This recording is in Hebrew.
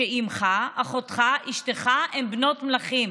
שאימך, אחותך, אשתך הן בנות מלכים,